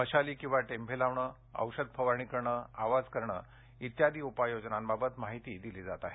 मशाली किंवा टेभे लावणे औषध फवारणी करणे आवाज करणे त्यादी उपाययोजनांबाबत माहिती दिली जात आहे